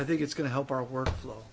i think it's going to help our work flow